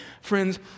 friends